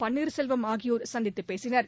பன்னீர்செல்வம் ஆகியோர் சந்தித்துப் பேசினர்